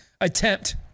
attempt